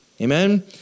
Amen